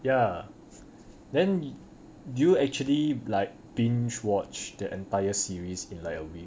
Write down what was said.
ya then do you actually like binge watch the entire series in like a week